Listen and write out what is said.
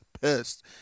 pissed